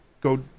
go